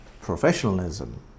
professionalism